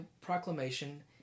proclamation